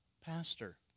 pastor